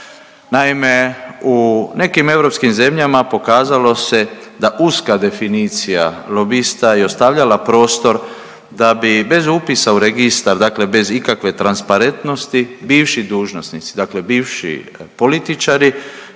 Naime u nekim europskim zemljama pokazalo se da uska definicija lobista je ostavljala prostor da bi bez upisa u registar dakle bez ikakve transparentnosti bivši dužnosnici, dakle bivši političari